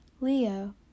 Leo